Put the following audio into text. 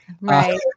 right